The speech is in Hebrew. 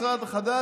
כבר יוצר משרד חדש,